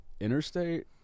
interstate